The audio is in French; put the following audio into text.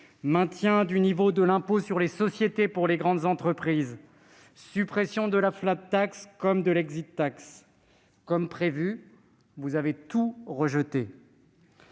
maintien du niveau de l'impôt sur les sociétés pour les grandes entreprises, suppression de la comme de l'Comme prévu, vous avez tout rejeté.